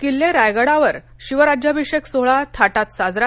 किल्ले रायगडावर शिवराज्याभिषेक सोहळा थाटात साजरा